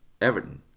Everton